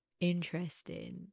interesting